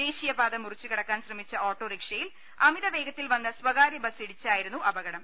ദേശീയപാത മുറി ച്ചുകടക്കാൻ ശ്രമിച്ച ഓട്ടോറിക്ഷയിൽ അമിതവേഗത്തിൽ വന്ന സ്വകാര്യ ബസ് ഇടിച്ചായിരുന്നു അപകടം